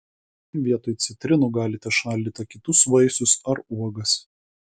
vietoj citrinų galite šaldyti kitus vaisius ar uogas